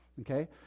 okay